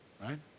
Right